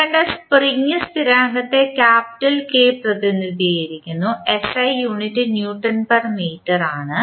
നമ്മൾ കണ്ട സ്പ്രിംഗ് സ്ഥിരാങ്കത്തെ ക്യാപിറ്റൽ K പ്രതിനിധീകരിക്കുന്നു SI unit newton per metre ആണ്